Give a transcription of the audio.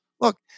Look